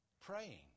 praying